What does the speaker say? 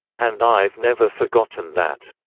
and i've never forgotten that.